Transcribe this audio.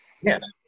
Yes